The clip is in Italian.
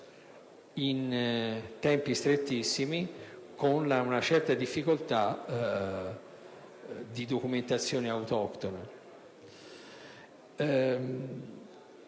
in tempi strettissimi, con una certa difficoltà di documentazione autoctona.